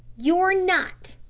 you're not,